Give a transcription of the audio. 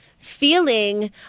feeling